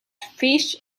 fish